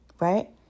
Right